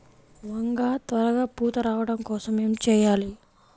వంగ త్వరగా పూత రావడం కోసం ఏమి చెయ్యాలి?